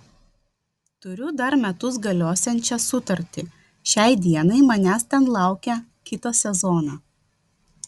turiu dar metus galiosiančią sutartį šiai dienai manęs ten laukia kitą sezoną